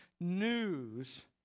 news